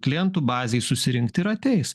klientų bazei susirinkti ir ateis